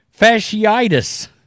fasciitis